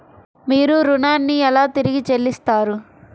మీరు ఋణాన్ని ఎలా తిరిగి చెల్లిస్తారు?